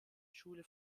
schule